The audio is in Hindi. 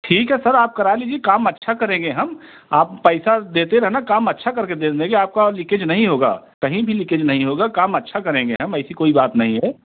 ठीक है सर आप करा लीजिए काम अच्छा करेंगे हम आप पैसा देते रहना काम अच्छा कर के दे देंगे आपका वो लीकेज नहीं होगा कहीं भी लीकेज नहीं होगा काम अच्छा करेंगे हम ऐसी कोई बात नहीं है